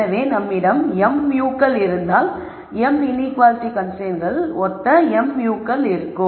எனவே நம்மிடம் m μ s கள் இருந்தால் m இன்ஈக்குவாலிட்டி கன்ஸ்ரைன்ட்ஸ்களுக்கு ஒத்த m μ s கள் இருக்கும்